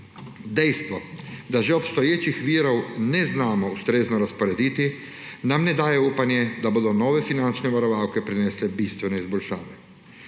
Dejstvo, da že obstoječih virov ne znamo ustrezno razporediti, nam ne daje upanja, da bodo nove finančne varovalke prinesle bistvene izboljšave,